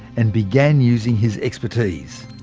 and began using his expertise!